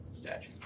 statue